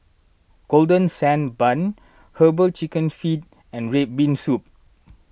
Golden Sand Bun Herbal Chicken Feet and Red Bean Soup